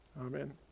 Amen